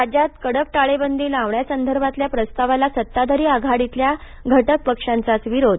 राज्यात कडक टाळेबंदी लावण्यासंदर्भातल्या प्रस्तावाला सत्ताधारी आघाडीतल्या घटक पक्षांचाच विरोध